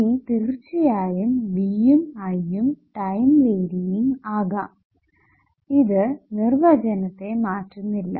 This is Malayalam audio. ഇനി തീർച്ചയായും V യും I യും ടൈം വേരിയിങ് ആകാം ഇത് നിർവചനത്തെ മാറ്റുന്നില്ല